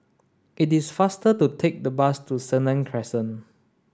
it is faster to take the bus to Senang Crescent